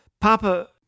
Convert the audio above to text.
Papa